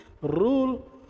rule